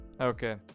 Okay